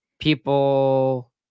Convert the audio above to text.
People